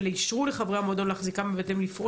ואישרו לחברי המועדון להחזיקם בבתיהם לפעול